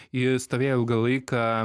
ji stovėjo ilgą laiką